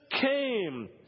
came